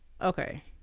okay